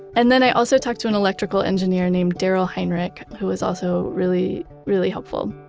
and then, i also talked to an electrical engineer named daryll henrich who was also really, really helpful.